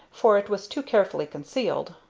for it was too carefully concealed.